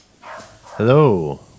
Hello